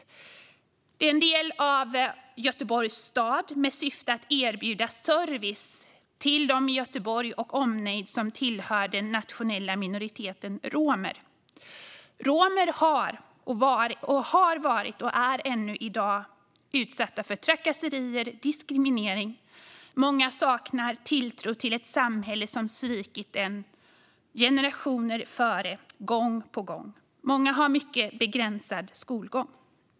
Detta är en del av Göteborgs stad med syfte att erbjuda service till dem i Göteborg med omnejd som tillhör den nationella minoriteten romer. Romer har varit och är ännu i dag utsatta för trakasserier och diskriminering. Många saknar tilltro till ett samhälle som gång på gång svikit dem och generationerna före. Många har en mycket begränsad skolgång.